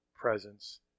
presence